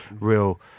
real